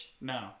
No